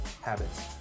Habits